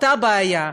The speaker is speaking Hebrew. באותה בעיה.